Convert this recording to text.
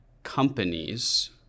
companies